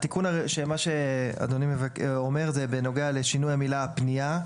התיקון שמה שאדוני אומר זה בנוגע לשינוי המילה "הפנייה".